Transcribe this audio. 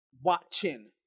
watching